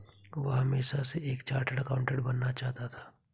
वह हमेशा से एक चार्टर्ड एकाउंटेंट बनना चाहता था